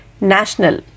national